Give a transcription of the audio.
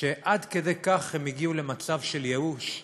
עד כדי כך הם הגיעו למצב של ייאוש,